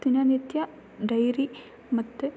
ದಿನನಿತ್ಯ ಡೈರಿ ಮತ್ತು